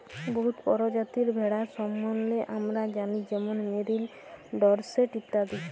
বহুত পরজাতির ভেড়ার সম্বল্ধে আমরা জালি যেমল মেরিল, ডরসেট ইত্যাদি